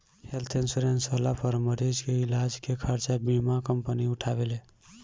health insurance होला पर मरीज के इलाज के खर्चा बीमा कंपनी उठावेले